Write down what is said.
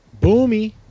Boomy